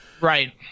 Right